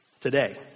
today